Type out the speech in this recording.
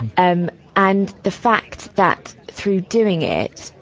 um and, the fact that through doing it